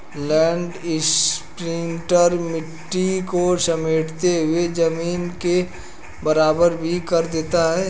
land imprinter मिट्टी को समेटते हुए जमीन को बराबर भी कर देता है